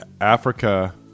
Africa